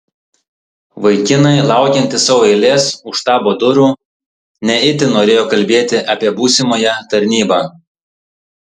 vaikinai laukiantys savo eilės už štabo durų ne itin norėjo kalbėti apie būsimąją tarnybą